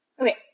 Okay